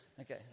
Okay